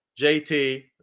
JT